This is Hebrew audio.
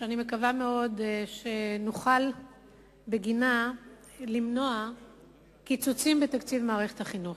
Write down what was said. שאני מקווה שנוכל בגינה למנוע קיצוצים בתקציב מערכת החינוך.